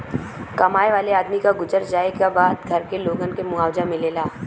कमाए वाले आदमी क गुजर जाए क बाद घर के लोगन के मुआवजा मिलेला